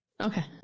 Okay